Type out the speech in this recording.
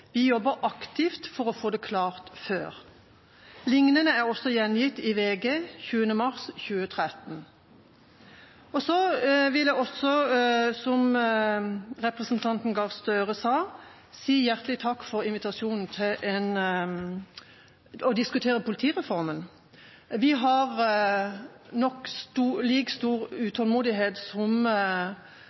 Vi jobber aktivt for å få det klart før.» Lignende er også gjengitt i VG 20. mars 2013. Jeg vil også, som representanten Gahr Støre, si hjertelig takk for invitasjonen til å diskutere politireformen. Vi har nok like stor utålmodighet som